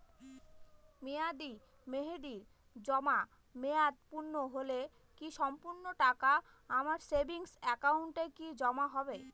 মেয়াদী মেহেদির জমা মেয়াদ পূর্ণ হলে কি সম্পূর্ণ টাকা আমার সেভিংস একাউন্টে কি জমা হবে?